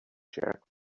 jerk